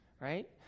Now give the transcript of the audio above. Right